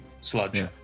sludge